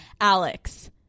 Alex